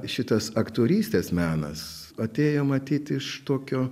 šitas aktorystės menas atėjo matyt iš tokio